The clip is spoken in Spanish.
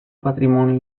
patrimonio